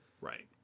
Right